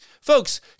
Folks